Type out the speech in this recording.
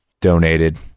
donated